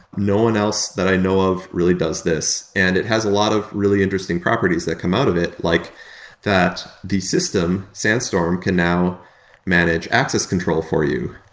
no one else that i know of really does this, and it has a lot of really interesting properties that come out of it, like that the system, sandstorm, can now manage access control for you.